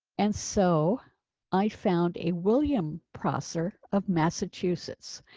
and so i found a william prosser of massachusetts.